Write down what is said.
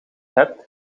hebt